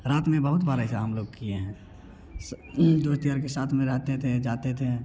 रात में बहुत बार ऐसा हम लोग किए हैं सा दोस्त यार के साथ रहते थे जाते थे